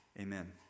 amen